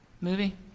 Movie